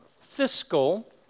fiscal